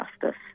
justice